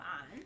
on